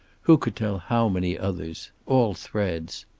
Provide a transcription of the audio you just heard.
who could tell how many others, all threads.